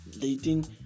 dating